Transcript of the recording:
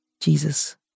Jesus